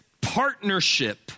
partnership